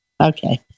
Okay